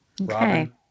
Okay